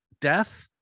death